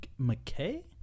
McKay